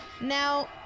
Now